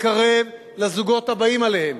מקרב, לזוגות הבאים אליהם.